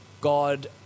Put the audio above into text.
God